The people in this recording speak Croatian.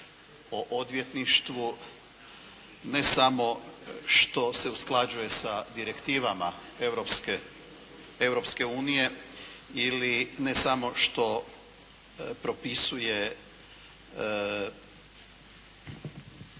o odvjetništvu ne samo što se usklađuje sa direktivama Europske unije ili ne samo što propisuje